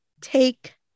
Take